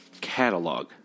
catalog